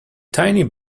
tiny